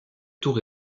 tour